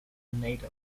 tornado